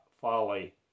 folly